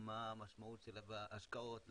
מה המשמעות של ההשקעות,